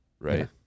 right